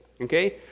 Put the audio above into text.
okay